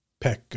peck